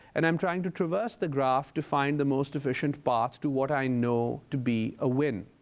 and i'm trying to traverse the graph to find the most efficient path to what i know to be a win.